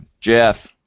Jeff